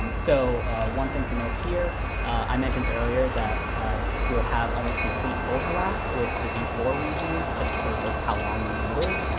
so one thing to note here i mentioned earlier that ah we'll have almost complete overlap with the v four region, just because of how long we know it is.